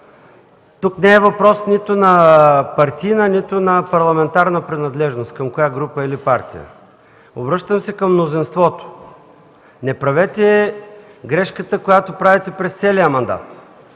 Тук не е въпрос нито на партийна, нито на парламентарна принадлежност – към коя група или партия. Обръщам се към мнозинството: не правете грешката, която правите през целия мандат